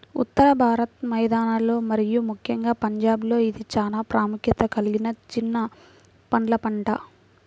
ఉత్తర భారత మైదానాలలో మరియు ముఖ్యంగా పంజాబ్లో ఇది చాలా ప్రాముఖ్యత కలిగిన చిన్న పండ్ల పంట